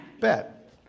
bet